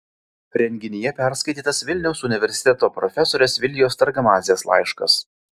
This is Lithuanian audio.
renginyje perskaitytas vilniaus universiteto profesorės vilijos targamadzės laiškas